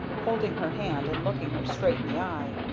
holding her hand and looking her straight in the eye.